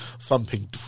thumping